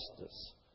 justice